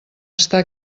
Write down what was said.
estar